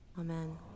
Amen